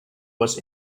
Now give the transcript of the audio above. was